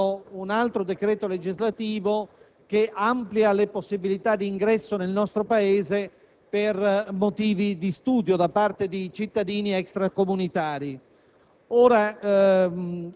Ricordo anche un altro decreto legislativo che amplia le possibilità d'ingresso nel nostro Paese per motivi di studio da parte di cittadini extracomunitari.